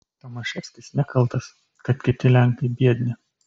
tomaševskis nekaltas kad kiti lenkai biedni